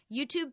YouTube